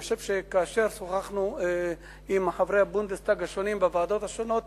אני חושב שכאשר שוחחנו עם חברי הבונדסטאג בוועדות השונות,